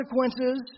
consequences